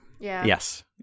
Yes